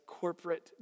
corporate